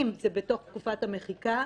אם זה בתקופת המחיקה,